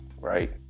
Right